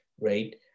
right